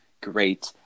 great